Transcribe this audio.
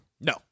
No